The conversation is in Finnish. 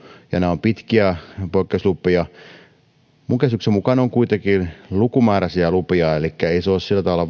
ja nämä ovat pitkiä poikkeuslupia niin minun käsitykseni mukaan ne ovat kuitenkin lukumääräisiä lupia elikkä eivät ne ole sillä tavalla